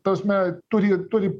ta prasme turi turi